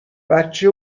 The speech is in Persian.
بچه